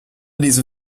diese